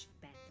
better